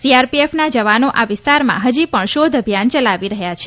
CRPF જવાનો આ વિસ્તારમાં હજી પણ શોધ અભિયાન ચલાવી રહ્યા છે